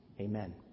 Amen